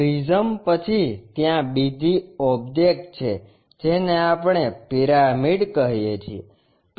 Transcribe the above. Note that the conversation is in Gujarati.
પ્રિઝમ પછી ત્યાં બીજી ઓબ્જેક્ટ છે જેને આપણે પિરામિડ કહીએ છીએ